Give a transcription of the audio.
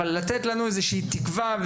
אבל לתת לנו איזו שהיא תקווה,